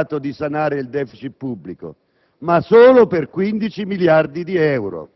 è, quella sì, da un lato, di sanare il *deficit* pubblico, ma solo per 15 miliardi di euro.